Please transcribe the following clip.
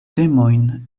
temojn